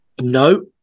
no